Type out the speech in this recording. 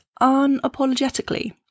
unapologetically